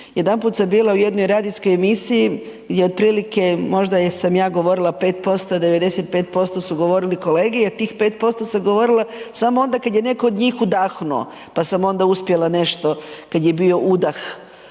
jedanput sam bila u jednoj radijskoj emisiji i otprilike možda sam ja govorila 5%, 95% su govorili kolege jer tih 5% sam govorila samo onda kada je netko od njih udahnuo, pa sam onda uspjela nešto kad je bio udah